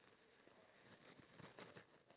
ya actually me too